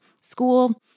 school